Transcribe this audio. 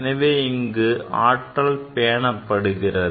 எனவே இங்கு ஆற்றல் பேணப்படுகிறது